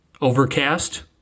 Overcast